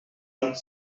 cinq